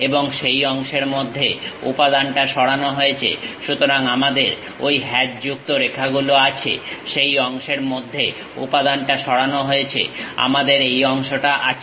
এবং সেই অংশের মধ্যে উপাদানটা সরানো হয়েছে সুতরাং আমাদের ঐ হ্যাচযুক্ত রেখাগুলো আছে সেই অংশের মধ্যে উপাদানটা সরানো হয়েছে আমাদের এই অংশটা আছে